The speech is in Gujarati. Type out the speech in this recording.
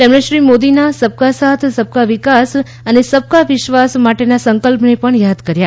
તેમણે શ્રી મોદીના સબકા સાથ સબકા વિકાસ અને સબકા વિશ્વાસ માટેના સંકલ્પને પણ યાદ કર્યા